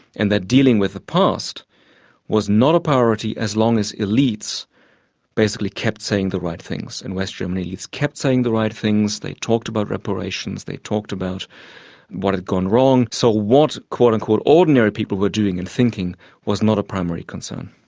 and that dealing with the past was not a priority as long as elites basically kept saying the right things. and west german elites kept saying the right things, they talked about reparations, they talked about what had gone wrong. so what and ordinary people were doing and thinking was not a primary concern.